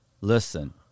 listen